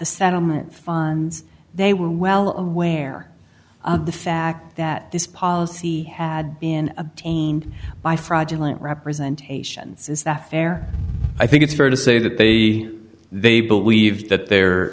settlement they were well aware of the fact that this policy had been obtained by fraudulent representation is that fair i think it's fair to say that they they believe that there